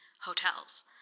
hotels